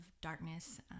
darkness